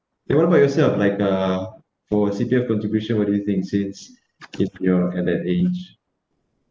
then what about yourself like uh for C_P_F contribution what do you think since if you're at that age